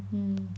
mm